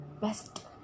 best